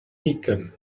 piquen